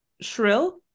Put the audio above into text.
Shrill